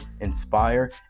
inspire